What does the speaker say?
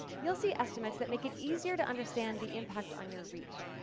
you'll see estimates that make it easier to understand the impact on your reach.